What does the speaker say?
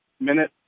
minute